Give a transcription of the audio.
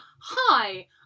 Hi